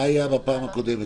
מה היה בפעם הקודמת?